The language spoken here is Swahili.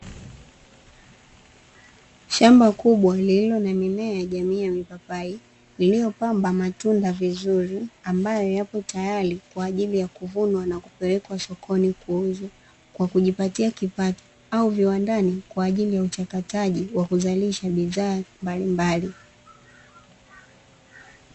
Shamba kubwa lililo na mimea jamii ya mipapai, iliyopamba matunda vizuri ambayo yapo tayari kwa ajili ya kuvunwa na kupelekwa sokoni kuuzwa, kwa kujipatia kipato au viwandani kwa ajili ya uchakataji wa kuzalisha bidhaa mbalimbali.